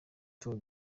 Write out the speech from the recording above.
tour